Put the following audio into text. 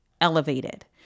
elevated